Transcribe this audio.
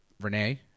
Renee